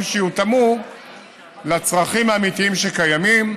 שיותאמו לצרכים האמיתיים שקיימים,